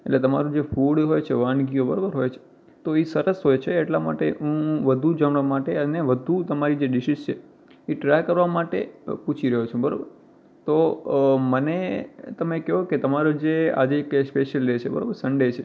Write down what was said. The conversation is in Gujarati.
એટલે તમારું જે ફૂડ હોય છે વાનગીઓ બરાબર હોય છે તો એ સરસ હોય છે એટલા માટે હું વધુ જાણવા માટે અને વધુ તમારી જે ડિશીસ છે તે ટ્રાય કરવા માટે પૂછી રહ્યો છું બરાબર તો મને તમે કહો કે તમારું જે આજે કંઈ સ્પેશ્યલ ડે છે સંડે છે